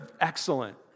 excellent